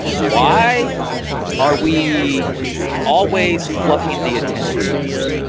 why are we always? fluffing the attendance numbers